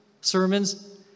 sermons